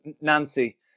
Nancy